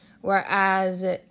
whereas